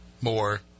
more